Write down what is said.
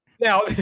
now